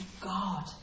God